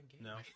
No